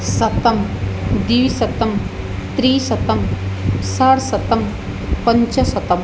शतं द्विशतं त्रिशतं षड्शतं पञ्चशतं